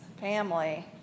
family